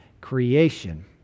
creation